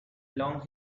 long